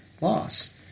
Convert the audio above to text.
loss